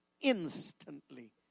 instantly